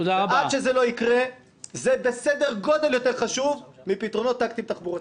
זה בסדר-גודל יותר חשוב מפתרונות טקטיים תחבורתיים.